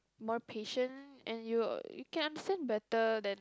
more patient and you you can understand better than